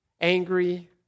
angry